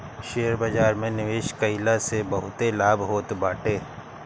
share बाजार में निवेश कईला से बहुते लाभ होत बाटे